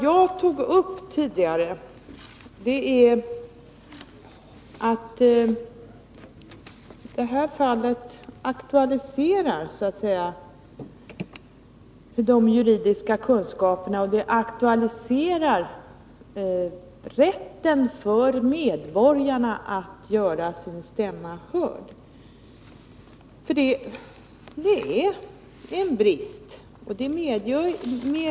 Jag sade tidigare att detta fall aktualiserar just frågan om de juridiska kunskaperna och rätten för medborgarna att göra sin stämma hörd.